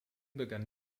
begann